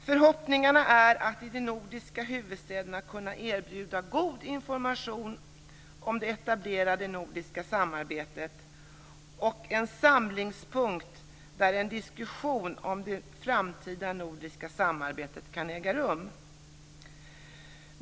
Förhoppningen är att i de nordiska huvudstäderna kunna erbjuda god information om det etablerade nordiska samarbetet och en samlingspunkt där en diskussion om det framtida nordiska samarbetet kan äga rum.